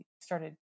started